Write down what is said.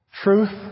Truth